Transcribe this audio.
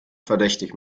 verdächtig